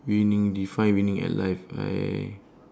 winning define winning at life I